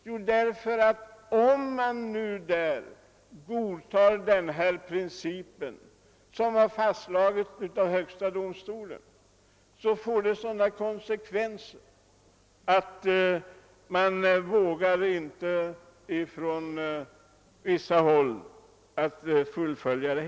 Jo, därför att ett sådant förfarande — som i princip tillstyrkts av högsta domstolen — skulle få sådana konsekvenser att man på vissa håll inte vågar fullfölja det.